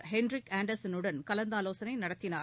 Hendrik அண்டர்சனுடன் கலந்தாலோசனை நடத்தினார்